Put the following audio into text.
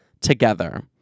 together